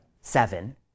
seven